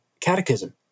Catechism